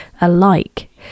alike